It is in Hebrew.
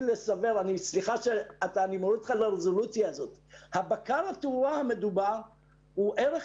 סליחה שאני מוריד אותך לרזולוציה אבל בקר התאורה המדובר הוא הערך